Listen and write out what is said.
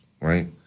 right